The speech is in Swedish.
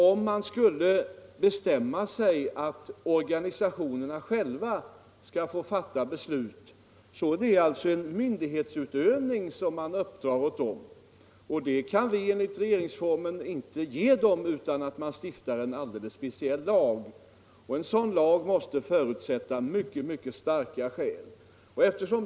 Om man skulle bestämma sig för att organisationerna själva skall få fatta beslut, så är det en myndighetsutövning som man uppdrar åt dem. Det kan vi enligt regeringsformen inte göra utan att stifta en alldeles speciell lag, och en sådan lag måste förutsätta mycket, mycket starka skäl.